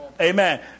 Amen